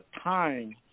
time